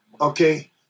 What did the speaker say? okay